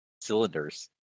cylinders